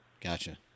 Gotcha